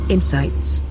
Insights